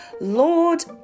Lord